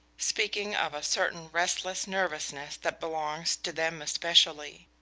speaking of a certain restless nervousness that belongs to them especially